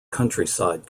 countryside